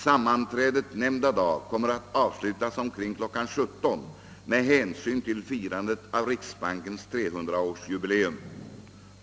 Sammanträdet nämnda dag kommer att avslutas omkring kl. 17.00 med hänsyn till firandet av riksbankens 300-årsjubileum.